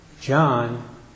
John